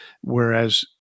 whereas